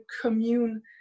commune